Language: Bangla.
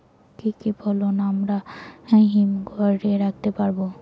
কি কি ফসল আমরা হিমঘর এ রাখতে পারব?